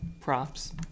props